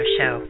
Show